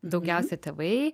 daugiausia tėvai